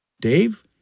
Dave